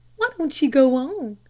why don't ye go on?